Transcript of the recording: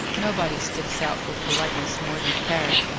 nobody sticks out for politeness more than carrick.